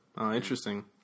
Interesting